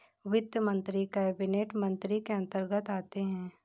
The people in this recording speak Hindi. वित्त मंत्री कैबिनेट मंत्री के अंतर्गत आते है